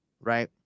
right